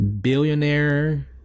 billionaire